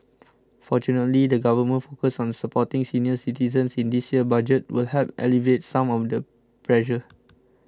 fortunately the government's focus on supporting senior citizens in this year's Budget will help alleviate some of the pressure